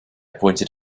pointed